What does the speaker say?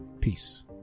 peace